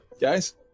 guys